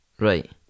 Right